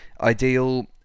ideal